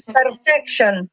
perfection